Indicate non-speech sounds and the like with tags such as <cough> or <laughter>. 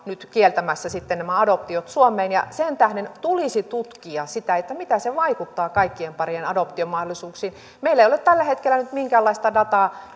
nyt kieltämässä sitten nämä adoptiot suomeen sen tähden tulisi tutkia sitä miten se vaikuttaa kaikkien parien adoptiomahdollisuuksiin meillä ei ole tällä hetkellä nyt minkäänlaista dataa <unintelligible>